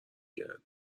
گرده